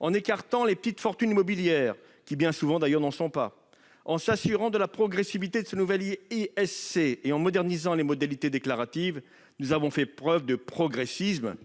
en écartant les petites fortunes immobilières, qui bien souvent, d'ailleurs, n'en sont pas, en nous assurant de la progressivité de ce nouvel ISC et en modernisant les modalités de déclaration, nous avons fait preuve de progressisme.